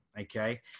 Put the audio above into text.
okay